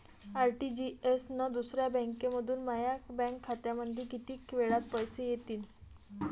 RTGS न दुसऱ्या बँकेमंधून माया बँक खात्यामंधी कितीक वेळातं पैसे येतीनं?